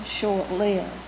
short-lived